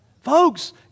Folks